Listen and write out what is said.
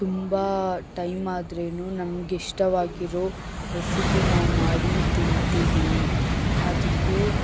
ತುಂಬ ಟೈಮ್ ಆದ್ರೇ ನಮ್ಗೆ ಇಷ್ಟವಾಗಿರೋ ರೆಸಿಪಿ ನಾವು ಮಾಡಿ ತಿಂತೀವಿ ಅದಕ್ಕೆ